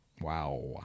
Wow